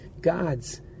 God's